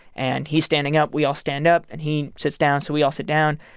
and he's standing up. we all stand up. and he sits down. so we all sit down.